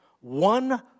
one